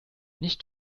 nicht